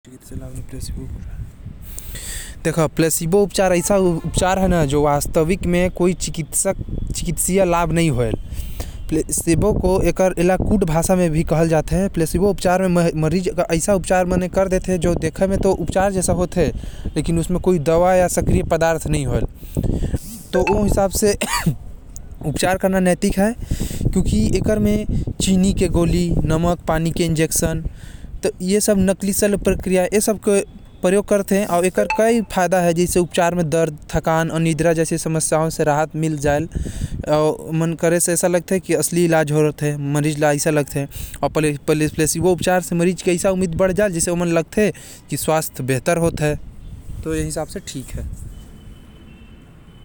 प्लेसिबो उपचार ओ उपचार होथे, जेकर म मरीज के इलाज बिना दवाई दारू के होथे। जेकर म मरीज के उम्मीद जिये के बढ़ जाथे। प्लेसिबो के उपचार नैतिक होथे काहे की एम मरीज ला बिना दवाई देहे चीनी गोली खवा के अउ पानी के इंजेक्शन लगा के मरीज के सेहतमंद बना देथे।